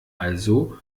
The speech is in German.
also